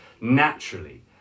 naturally